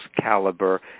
caliber